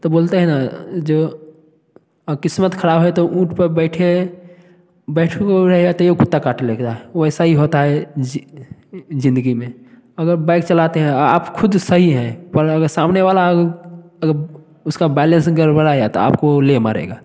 तो बोलते हैं न जब किस्मत खराब है ऊंट पर बैठे बैठा रहेगा तो कुत्ता काट लेगा वैसा ही होता है ज़िंदगी में अगर बाइक चलाते हैं आप खुद सही है पर अगर सामने वाला अगर उसका बैलेंसिंग गड़बड़ाया तो आपको ले मारेगा